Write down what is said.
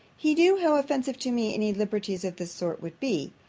he knew how offensive to me any liberties of this sort would be.